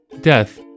death